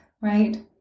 right